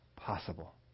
Possible